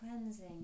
cleansing